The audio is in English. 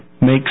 makes